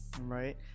Right